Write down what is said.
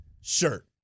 shirt